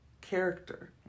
character